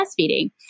breastfeeding